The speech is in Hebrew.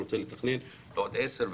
אני רוצה לתכנן לעוד 10,